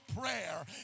prayer